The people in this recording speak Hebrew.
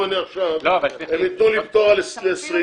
אם עכשיו הם יתנו לי פטור על 20,